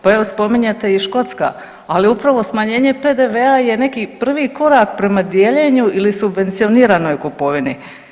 Pa evo spominjete i Škotska, ali upravo smanjenje PDV-a je prvi korak prema dijeljenju ili subvencioniranoj kupovini.